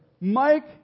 Mike